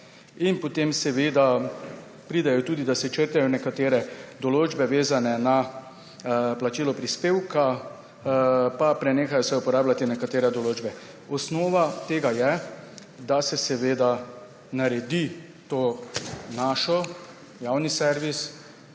in da se potem črtajo nekatere določbe, vezane na plačilo prispevka, in se prenehajo uporabljati nekatere določbe. Osnova tega je, da se seveda naredi ta naš javni servis